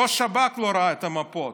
ראש השב"כ לא ראה את המפות.